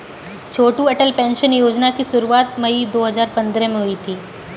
छोटू Atal pension योजना की शुरुआत मई दो हज़ार पंद्रह में हुई थी